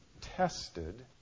tested